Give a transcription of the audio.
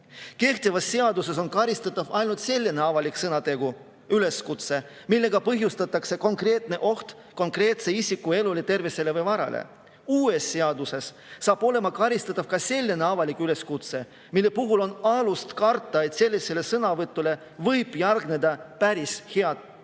Kehtivas seaduses on karistatav ainult selline avalik üleskutse, millega põhjustatakse konkreetne oht konkreetse isiku elule, tervisele või varale. Uues seaduses saab olema karistatav ka selline avalik üleskutse, mille puhul on alust karta, et sellisele sõnavõtule võib järgneda päris haiget